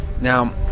Now